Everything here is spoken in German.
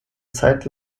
zeit